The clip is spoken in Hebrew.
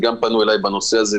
וגם אליי פנו בנושא הזה,